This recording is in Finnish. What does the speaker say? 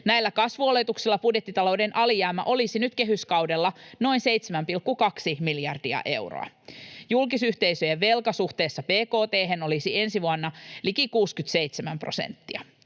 Näillä kasvuoletuksilla budjettita-louden alijäämä olisi nyt kehyskaudella noin 7,2 miljardia euroa. Julkisyhteisöjen velka suhteessa bkt:hen olisi ensi vuonna liki 67 prosenttia.